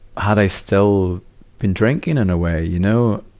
had i still been drinking in a way. you know,